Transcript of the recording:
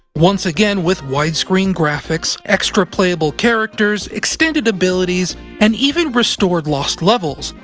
once again with widescreen graphics, extra playable characters, extended abilities, and even restored lost levels,